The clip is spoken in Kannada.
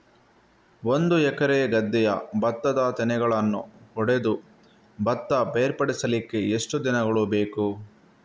ಒಂದು ಎಕರೆ ಗದ್ದೆಯ ಭತ್ತದ ತೆನೆಗಳನ್ನು ಹೊಡೆದು ಭತ್ತ ಬೇರ್ಪಡಿಸಲಿಕ್ಕೆ ಎಷ್ಟು ದಿನಗಳು ಬೇಕು?